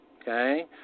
Okay